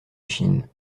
échine